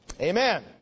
Amen